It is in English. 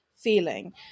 feeling